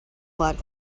lot